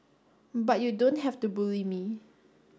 but you don't have to bully me